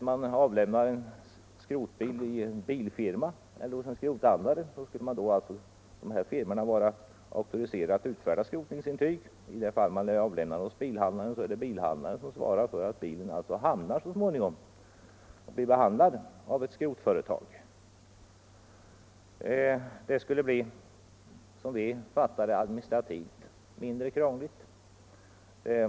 Det vore exempelvis rimligt att både bilfirmor och skrotningsfirmor skulle vara auktoriserade att lämna ett skrotningsintyg och att dessa sedan är ansvariga för att bilen skrotas. Vad vi förstår skulle det bli administrativt mindre krångligt.